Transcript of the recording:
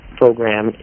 program